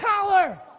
collar